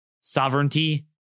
sovereignty